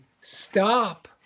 stop